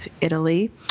Italy